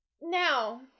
Now